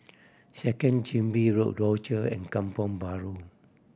Second Chin Bee Road Rochor and Kampong Bahru